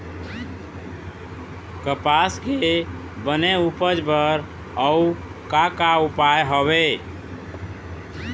कपास के बने उपज बर अउ का का उपाय हवे?